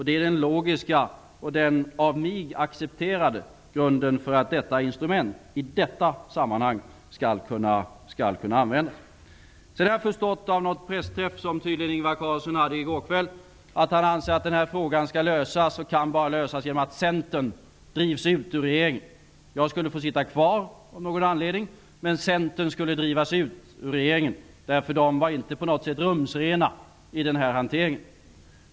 Det är den logiska och den av mig accepterade grunden för att detta instrument i detta sammanhang skall kunna användas. Av en pressträff som Ingvar Carlsson tydligen hade i går kväll har jag förstått att han anser att frågan skall lösas, och bara kan lösas, genom att Centern drivs ut ur regeringen. Jag skulle få sitta kvar av någon anledning. Men Centern skulle drivas ut ur regeringen, därför att det på något sätt inte var rumsrent i den här hanteringen.